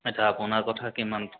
আচ্ছা আপোনাৰ কথা কিমান